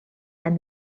and